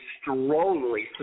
strongly